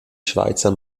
schweizer